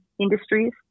industries